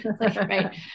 right